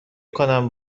کنم